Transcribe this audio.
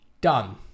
done